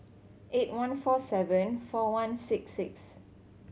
eight one four seven four one six six